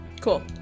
Cool